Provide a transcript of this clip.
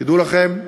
תדעו לכם,